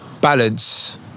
balance